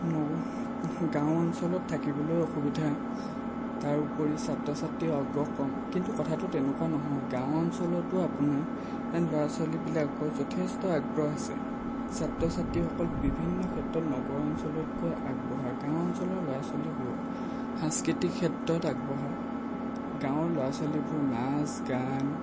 গাঁও অঞ্চলত থাকিবলৈ অসুবিধা তাৰোপৰি ছাত্ৰ ছাত্ৰীৰ আগ্ৰহ কম কিন্তু কথাটো তেনেকুৱা নহয় গাঁও অঞ্চলতো আপোনাৰ ল'ৰা ছোৱালীবিলাকৰ যথেষ্ট আগ্ৰহ আছে ছাত্ৰ ছাত্ৰীসকল বিভিন্ন ক্ষেত্ৰত নগৰ অঞ্চলতকৈ আগবঢ়া গাঁও অঞ্চলৰ ল'ৰা ছোৱালীবোৰ সাংস্কৃতিক ক্ষেত্ৰত আগবঢ়া গাঁৱৰ ল'ৰা ছোৱালীবোৰ নাচ গান